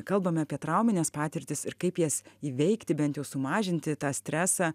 kalbam apie traumines patirtis ir kaip jas įveikti bent jau sumažinti tą stresą